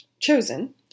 chosen